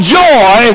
joy